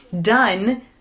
done